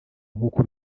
nk’uko